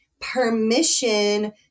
permission